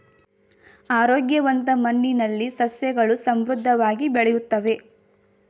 ಆರೋಗ್ಯವಂತ ಮಣ್ಣಿನಲ್ಲಿ ಸಸ್ಯಗಳು ಸಮೃದ್ಧವಾಗಿ ಬೆಳೆಯುತ್ತವೆ